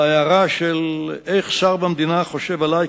להערה של איך שר במדינה חושב עלי,